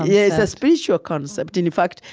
yeah it's a spiritual concept. and in fact,